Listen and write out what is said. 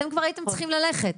אתם כבר הייתם צריכים ללכת.